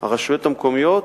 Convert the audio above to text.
הרשויות המקומיות,